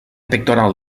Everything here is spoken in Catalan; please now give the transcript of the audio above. pectoral